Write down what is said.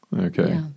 Okay